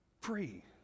free